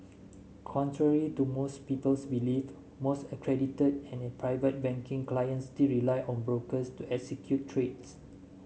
contrary to most people's belief most accredited and Private Banking clients still rely on brokers to execute trades